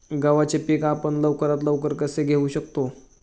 गव्हाचे पीक आपण लवकरात लवकर कसे घेऊ शकतो?